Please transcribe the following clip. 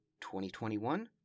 2021